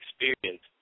experience